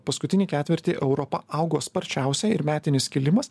paskutinį ketvirtį europa augo sparčiausiai ir metinis kilimas